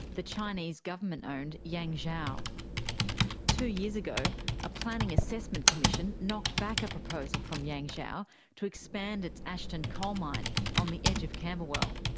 the chinese government-owned yangzhou. two years ago a planning assessment commission knocked back a proposal from yanzhou to expand its ashton coalmine on the edge of camberwell.